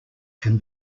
can